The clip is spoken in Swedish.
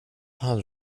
han